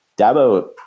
Dabo